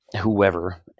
whoever